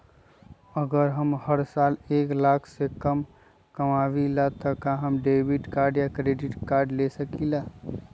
अगर हम हर साल एक लाख से कम कमावईले त का हम डेबिट कार्ड या क्रेडिट कार्ड ले सकीला?